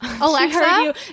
Alexa